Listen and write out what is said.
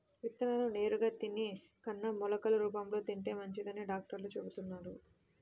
విత్తనాలను నేరుగా తినే కన్నా మొలకలు రూపంలో తింటే మంచిదని డాక్టర్లు చెబుతున్నారు